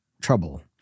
trouble